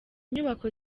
nyubako